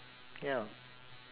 ya